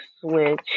switch